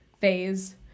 phase